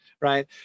Right